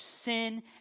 sin